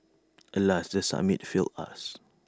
alas the summit failed us